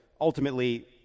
ultimately